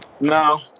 No